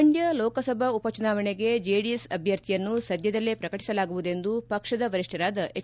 ಮಂಡ್ಕ ಲೋಕಸಭಾ ಉಪಚುನಾವಣೆಗೆ ಜೆಡಿಎಸ್ ಅಭ್ಯರ್ಥಿಯನ್ನು ಸದ್ಯದಲ್ಲೇ ಪ್ರಕಟಿಸಲಾಗುವುದೆಂದು ಪಕ್ಷದ ವರಿಷ್ಠರಾದ ಎಚ್